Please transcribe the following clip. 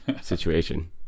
situation